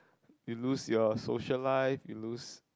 you lose your social life you lose